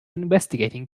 investigating